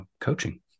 coaching